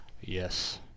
yes